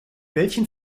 welchen